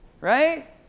Right